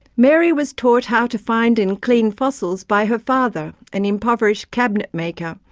mary was taught how to find and clean fossils by her father, an impoverished cabinet-maker,